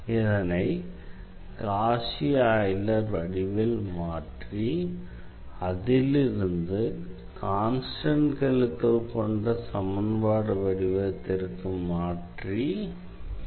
இதனை Cauchy Euler வடிவில் மாற்றி அதிலிருந்து கான்ஸ்டண்ட் கெழுக்கள் கொண்ட சமன்பாடு வடிவத்திற்கு மாற்றி தீர்க்கிறோம்